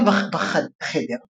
למד בחדר